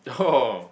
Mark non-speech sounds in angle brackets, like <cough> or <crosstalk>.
oh <laughs>